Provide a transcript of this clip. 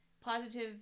positive